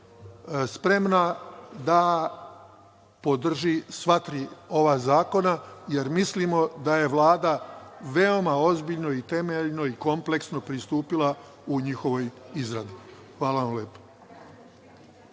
spremna da podrži sva tri ova zakona jer mislimo da je Vlada veoma ozbiljno, temeljno i kompleksno pristupila njihovoj izradi. Hvala vam lepo.